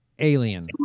Alien